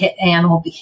animal